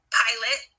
pilot